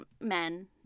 men